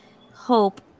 hope